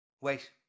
Wait